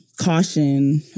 caution